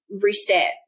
reset